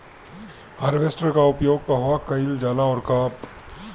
Harvester का उपयोग कहवा कइल जाला और कब?